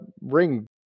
Ring